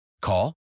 Call